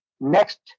next